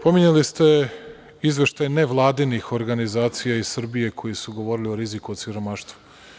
Pominjali ste izveštaj nevladinih organizacija iz Srbije koji su govorili o riziku od siromaštva.